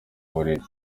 buriri